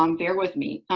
um bear with me.